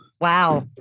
Wow